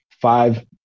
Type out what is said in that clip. five